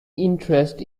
interest